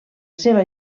seva